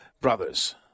brothers